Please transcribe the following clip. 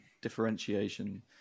differentiation